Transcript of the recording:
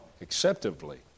acceptably